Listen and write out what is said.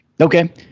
Okay